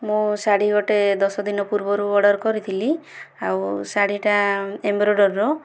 ମୁଁ ଶାଢ଼ୀ ଗୋଟେ ଦଶ ଦିନ ପୂର୍ବରୁ ଅର୍ଡ଼ର କରିଥିଲି ଆଉ ଶାଢ଼ୀଟା ଏମ୍ବ୍ରଡ଼ରିର